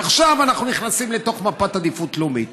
ועכשיו אנחנו נכנסים לתוך מפת עדיפות לאומית.